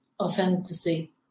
authenticity